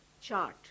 chart